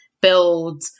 build